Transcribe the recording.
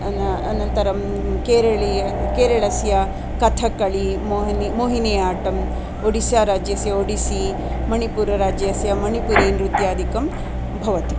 अन अनन्तरं केरलीय केरलस्य कथक्कळि मोहिनि आट्टम् ओडिस्साराज्यस्य ओडिस्सि मणिपुरराज्यस्य मणिपुरीनृत्यादिकं भवति